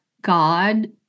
God